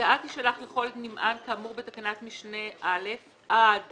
הודעה תישלח לכל נמען כאמור בתקנת משנה (א) עד